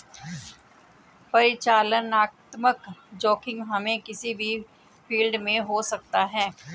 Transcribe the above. परिचालनात्मक जोखिम हमे किसी भी फील्ड में हो सकता है